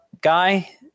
guy